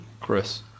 chris